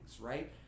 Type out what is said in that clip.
Right